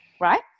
right